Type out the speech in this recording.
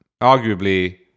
arguably